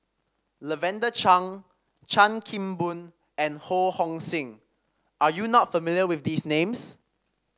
Lavender Chang Chan Kim Boon and Ho Hong Sing are you not familiar with these names